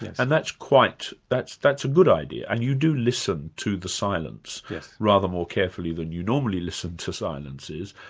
and that's quite that's that's a good idea and you do listen to the silence rather more carefully than you normally listen to silences.